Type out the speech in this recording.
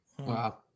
wow